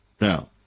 Now